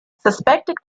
suspected